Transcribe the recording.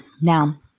now